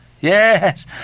yes